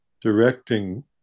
directing